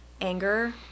anger